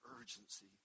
urgency